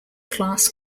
class